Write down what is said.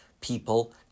people